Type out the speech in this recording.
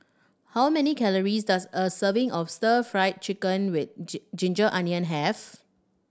how many calories does a serving of Stir Fry Chicken with ginger onion have